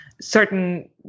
certain